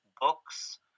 books